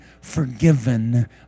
forgiven